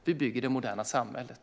Vi bygger det moderna samhället.